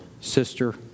sister